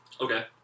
Okay